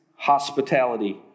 hospitality